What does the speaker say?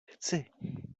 chci